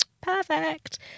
perfect